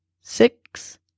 six